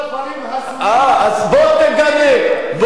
אז בוא תגנה, בוא תצטרף אלי.